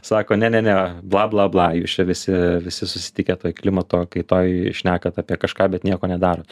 sako ne ne ne bla bla bla jūs čia visi visi susitikę toj klimato kaitoj šnekat apie kažką bet nieko nedarot